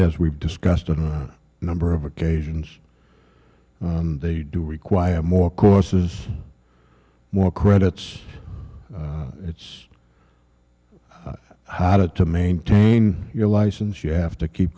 as we've discussed on a number of occasions they do require more courses more credits it's how to maintain your license you have to keep